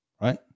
Right